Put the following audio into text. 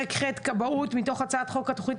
הנושא פרק ח' (כבאות) מתוך הצעת חוק התכנית